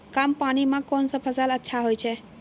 कम पानी म कोन फसल अच्छाहोय छै?